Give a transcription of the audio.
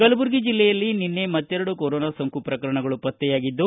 ಕಲಬುರಗಿ ಜಿಲ್ಲೆಯಲ್ಲಿ ನಿನ್ನೆ ಮತ್ತೆರಡು ಕೊರೋನಾ ಸೋಂಕು ಪ್ರಕರಣಗಳು ಪತ್ತೆಯಾಗಿದ್ದು